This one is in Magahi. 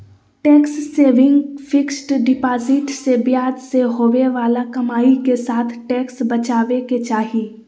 टैक्स सेविंग फिक्स्ड डिपाजिट से ब्याज से होवे बाला कमाई के साथ टैक्स बचाबे के चाही